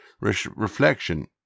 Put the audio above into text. reflection